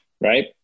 right